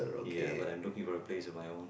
ya but I'm looking for a place of my own